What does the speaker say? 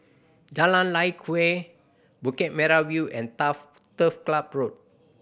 Jalan Lye Kwee Bukit Merah View and Turf Club Road